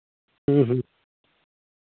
ᱦᱮᱸ ᱦᱮᱸ